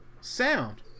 sound